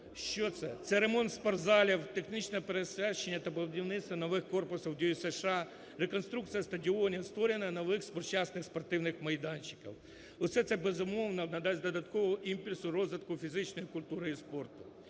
Що це? Це ремонт спортзалів, технічне переоснащення та будівництво нових корпусів ДЮСШ, реконструкція стадіонів, створення нових сучасних спортивних майданчиків – усе це, безумовно, надасть додаткового імпульс розвитку фізичної культури і спорту.